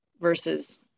versus